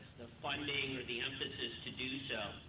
funding or the emphasis to do so,